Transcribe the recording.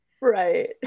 right